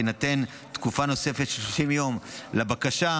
תינתן תקופה נוספת של 30 יום לבקשה.